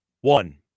one